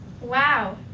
Wow